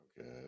Okay